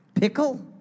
Pickle